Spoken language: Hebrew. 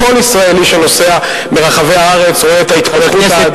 כל ישראלי שנוסע ברחבי הארץ רואה את ההתפתחות האדירה.